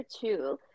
two